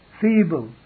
feeble